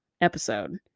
episode